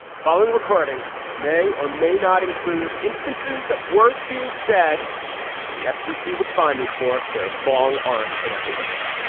the following recording may or may not include instances of words being said that the fcc would find me for if their long arm could ever reach